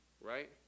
Right